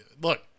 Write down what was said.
look